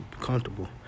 comfortable